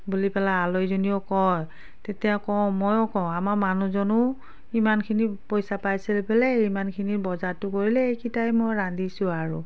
বুলি পেলাই আলহীজনীও কয় তেতিয়া কওঁ ময়ো কওঁ আমাৰ মানুহজনো ইমানখিনি পইচা পাইছিল বোলে এই ইমানখিনি বজাৰটো কৰিলে এইকিটাই মই ৰান্ধিছোঁ আৰু